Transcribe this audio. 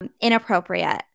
inappropriate